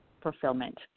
fulfillment